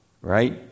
right